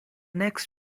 next